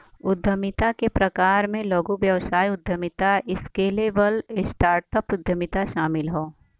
उद्यमिता के प्रकार में लघु व्यवसाय उद्यमिता, स्केलेबल स्टार्टअप उद्यमिता शामिल हौ